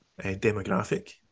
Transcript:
demographic